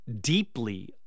deeply